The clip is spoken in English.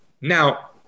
Now